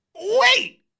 Wait